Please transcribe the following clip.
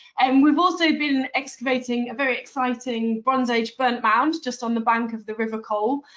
and we've also been excavating a very exciting bronze age burnt mound just on the bank of the river cole,